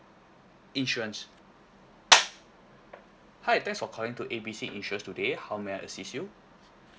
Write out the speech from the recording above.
insurance hi thanks for calling to A B C insurance today how may I assist you